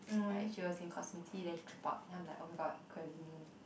like she was in Kozminski then she dropped out then I'm like oh my god could have been me